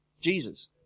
Jesus